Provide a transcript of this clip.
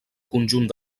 conjunt